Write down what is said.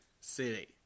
city